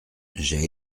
j’ai